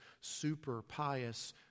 super-pious